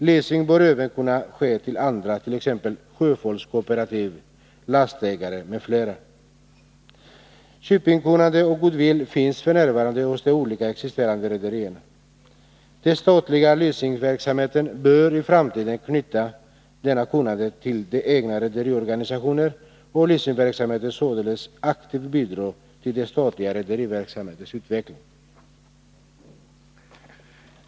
Leasing bör även kunna ske till andra, t.ex. sjöfolkskooperativ, lastägare m.fl. Shippingkunnande och goodwill finns f.n. hos de olika existerande rederierna. Den statliga leasingverksamheten bör i framtiden knyta detta kunnande till den egna rederiorganisationen och leasingverksamheten således aktivt bidra till den statliga rederiverksamhetens utveckling.